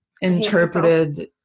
interpreted